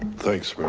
thanks